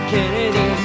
Kennedy